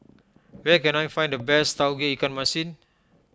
where can I find the best Tauge Ikan Masin